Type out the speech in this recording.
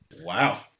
Wow